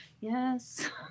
Yes